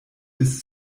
bis